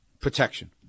protection